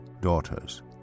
daughters